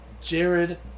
Jared